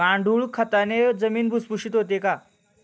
गांडूळ खताने जमीन भुसभुशीत होते का?